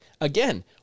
again